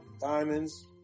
diamonds